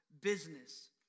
business